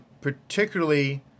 particularly